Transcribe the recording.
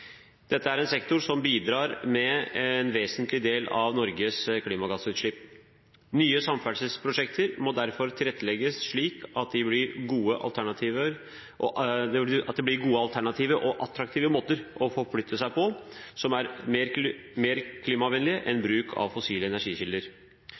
Dette er en sektor som bidrar med en vesentlig del av Norges klimagassutslipp. Nye samferdselsprosjekter må derfor tilrettelegges slik at de blir gode, alternative og attraktive måter å forflytte seg på, som er mer klimavennlig enn bruk av fossile energikilder.